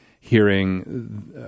hearing